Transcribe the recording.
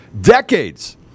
decades